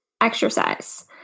exercise